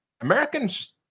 Americans